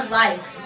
life